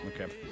Okay